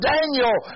Daniel